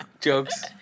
jokes